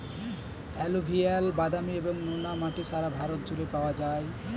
alluvial, বাদামি এবং নোনা মাটি সারা ভারত জুড়ে পাওয়া যায়